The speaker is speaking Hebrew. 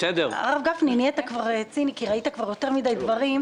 הרב גפני, נהיית ציני כי ראית יותר מדי דברים.